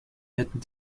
hätten